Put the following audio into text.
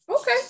Okay